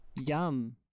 Yum